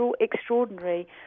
extraordinary